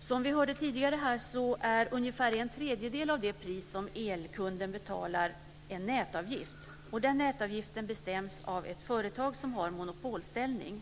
Som vi hörde här tidigare är ungefär en tredjedel av det pris som elkunden betalar en nätavgift. Den nätavgiften bestäms av ett företag som har monopolställning.